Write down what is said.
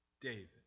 David